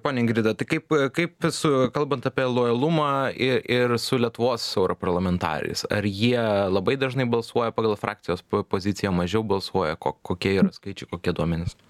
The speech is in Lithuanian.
ponia ingrida tai kaip su kalbant apie lojalumą ir su lietuvos europarlamentarais ar jie labai dažnai balsuoja pagal frakcijos poziciją mažiau balsuoja kokie yra skaičiai kokie duomenys